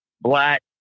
black